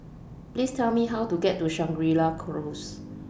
Please Tell Me How to get to Shangri La Close